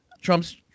Trump's